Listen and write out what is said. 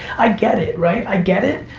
i get it, right, i get it.